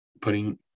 putting